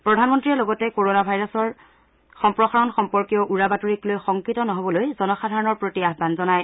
প্ৰধানমন্ত্ৰীয়ে লগতে কৰোণা ভাইৰাছৰ সম্প্ৰসাৰণ সম্পৰ্কীয় উৰা বাতৰিক লৈ শংকিত নহবলৈ জনসাধাৰণৰ প্ৰতি আহান জনায়